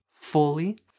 fully